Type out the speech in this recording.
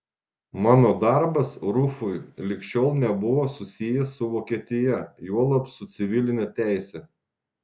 mano darbas rufui lig šiol nebuvo susijęs su vokietija juolab su civiline teise